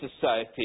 society